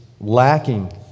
lacking